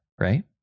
right